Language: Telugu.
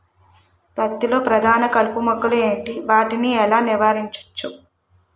పత్తి లో ప్రధాన కలుపు మొక్కలు ఎంటి? వాటిని ఎలా నీవారించచ్చు?